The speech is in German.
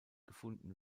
gefunden